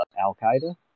Al-Qaeda